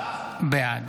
בעד